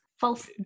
false